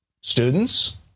students